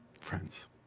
friends